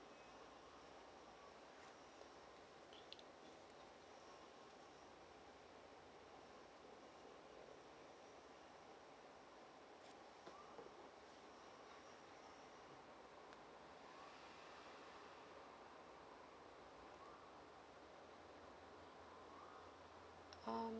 um